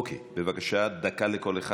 אוקיי, בבקשה, דקה לכל אחד.